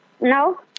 No